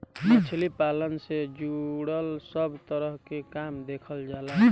मछली पालन से जुड़ल सब तरह के काम देखल जाला